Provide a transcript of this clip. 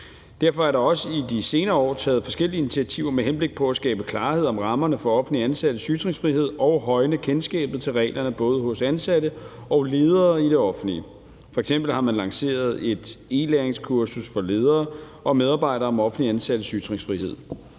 Derfor er der også i de senere år taget forskellige initiativer med henblik på at skabe klarhed om rammerne for offentligt ansattes ytringsfrihed og højne kendskabet til reglerne både hos ansatte og ledere i det offentlige. F.eks. har man lanceret et e-læringskursus for ledere og medarbejdere om offentligt ansattes ytringsfrihed.